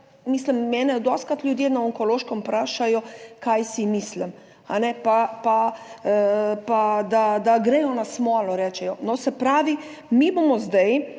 mene dostikrat ljudje na Onkološkem vprašajo, kaj si mislim, pa da gredo na smolo rečejo. No, se pravi, mi bomo zdaj